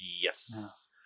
yes